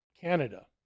Canada